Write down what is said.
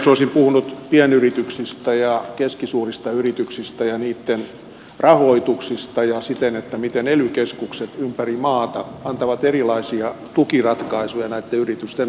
olisin puhunut pienyrityksistä ja keskisuurista yrityksistä ja niitten rahoituksista ja siitä miten ely keskukset ympäri maata antavat erilaisia tukiratkaisuja näitten yritysten osalta